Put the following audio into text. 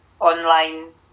online